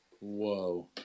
Whoa